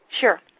Sure